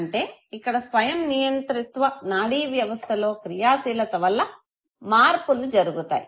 అంటే ఇక్కడ స్వయం నియంత్రిత్వ నాడి వ్యవస్థలో క్రియాశీలత వల్ల మార్పులు జరుగుతాయి